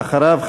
ואחריו,